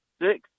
six